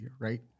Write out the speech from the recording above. right